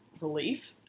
relief